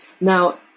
Now